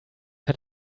had